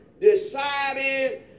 decided